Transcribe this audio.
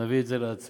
נביא את זה להצבעה.